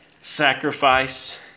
sacrifice